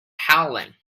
howling